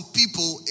people